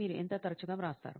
మీరు ఎంత తరచుగా వ్రాస్తారు